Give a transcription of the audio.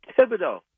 Thibodeau